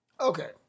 Okay